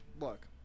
look